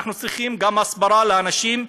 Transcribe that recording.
אנחנו צריכים גם הסברה לאנשים,